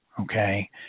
Okay